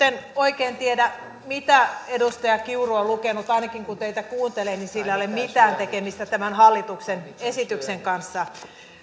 en oikein tiedä mitä edustaja kiuru on lukenut ainakaan kun teitä kuuntelee niin sillä ei ole mitään tekemistä tämän hallituksen esityksen kanssa